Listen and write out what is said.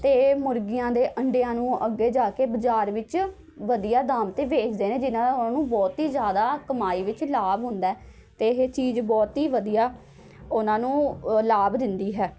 ਅਤੇ ਮੁਰਗੀਆਂ ਦੇ ਅੰਡਿਆਂ ਨੂੰ ਅੱਗੇ ਜਾ ਕੇ ਬਜ਼ਾਰ ਵਿੱਚ ਵਧੀਆ ਦਾਮ 'ਤੇ ਵੇਚਦੇ ਨੇ ਜਿਨ੍ਹਾਂ ਨਾਲ਼ ਉਹਨਾਂ ਨੂੰ ਬਹੁਤ ਹੀ ਜ਼ਿਆਦਾ ਕਮਾਈ ਵਿੱਚ ਲਾਭ ਹੁੰਦਾ ਅਤੇ ਇਹ ਚੀਜ਼ ਬਹੁਤ ਹੀ ਵਧੀਆ ਉਹਨਾਂ ਨੂੰ ਲਾਭ ਦਿੰਦੀ ਹੈ